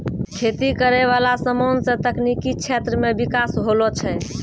खेती करै वाला समान से तकनीकी क्षेत्र मे बिकास होलो छै